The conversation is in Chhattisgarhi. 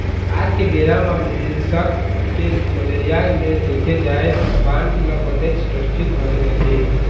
आज के बेरा म निवेसक के नजरिया ले देखे जाय त बांड ल बनेच सुरक्छित माने जाथे